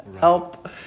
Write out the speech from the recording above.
Help